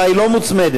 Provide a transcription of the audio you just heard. היא לא מוצמדת.